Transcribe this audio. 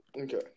Okay